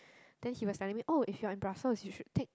then he was telling me oh if you are in Brussels you should take